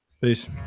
Peace